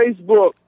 Facebook